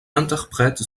interprète